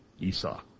Esau